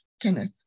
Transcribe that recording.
Kenneth